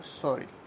sorry